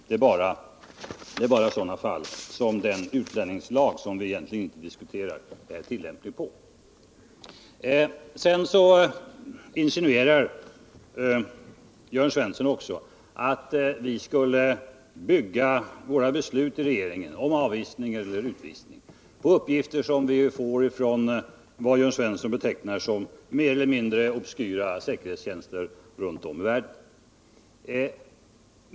Det är bara i sådana fall som utlänningslagen — som vi egentligen inte diskuterar — är tillämplig. Sedan insinuerar Jörn Svensson att vi skulle bygga våra beslut i regeringen på uppgifter som vi får från vad Jörn Svensson betecknar som mer eller mindre obskyra säkerhetstjänster runt om i världen.